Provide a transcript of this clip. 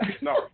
no